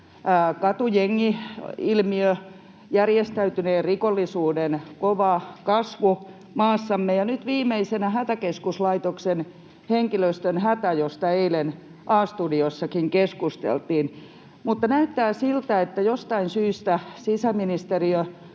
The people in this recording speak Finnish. katujengi-ilmiö, järjestäytyneen rikollisuuden kova kasvu maassamme, ja nyt viimeisenä Hätäkeskuslaitoksen henkilöstön hätä, josta eilen A-studiossakin keskusteltiin. Mutta näyttää siltä, että jostain syystä sisäministeriö